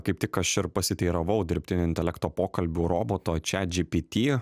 kaip tik aš ir pasiteiravau dirbtinio intelekto pokalbių roboto čiat džy py ty